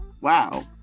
Wow